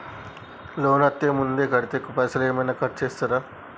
Loan అత్తే ముందే కడితే పైసలు ఏమైనా కట్ చేస్తరా?